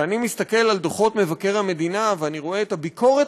כשאני מסתכל על דוחות מבקר המדינה ואני רואה את הביקורת